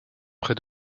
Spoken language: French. près